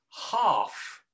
half